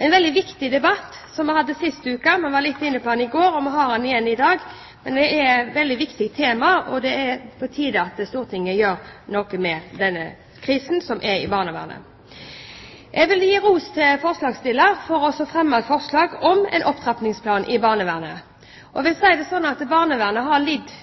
en veldig viktig debatt, som vi hadde sist uke. Vi var litt inne på den i går, og vi har den igjen i dag. Men det er et veldig viktig tema, og det er på tide at Stortinget gjør noe med den krisen som er i barnevernet. Jeg vil gi ros til forslagsstillerne for å fremme et forslag om en opptrappingsplan i barnevernet. Jeg vil si det sånn at barnevernet har lidd